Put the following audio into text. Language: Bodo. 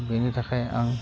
बेनि थाखाय आं